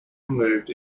moved